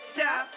Stop